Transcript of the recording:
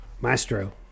Maestro